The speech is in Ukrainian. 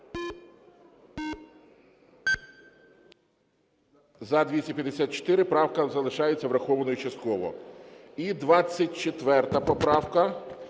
За-254 Правка залишається врахованою частково. І 24 поправка,